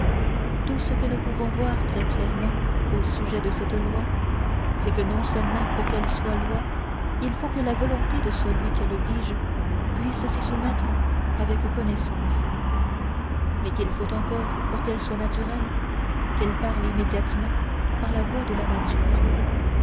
tout ce que nous pouvons voir très clairement au sujet de cette loi c'est que non seulement pour qu'elle soit loi il faut que la volonté de celui qu'elle oblige puisse s'y soumettre avec connaissance mais qu'il faut encore pour qu'elle soit naturelle qu'elle parle immédiatement par la voix de la nature